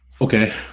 Okay